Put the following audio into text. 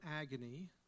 agony